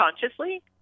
consciously